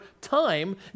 time